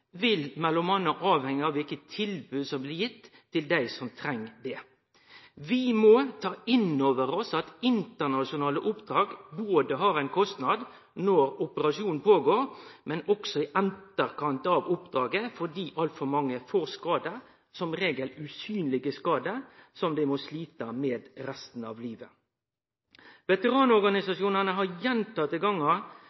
vil m.a. avhenge av kva tilbod som blir gitt til dei som treng det. Vi må ta inn over oss at internasjonale oppdrag både har ein kostnad når operasjonen føregår, og også i etterkant av oppdraget, fordi altfor mange får skadar – som regel usynlege skadar – som dei må slite med resten av livet.